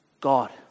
God